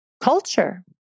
culture